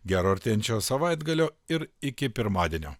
gero artėjančio savaitgalio ir iki pirmadienio